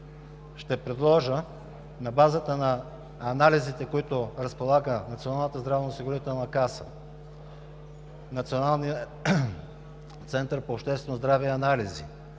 Ще предложа на базата на анализите, с които разполага Националната здравноосигурителна каса, Националният център по обществено здраве и анализи,